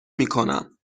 میکنم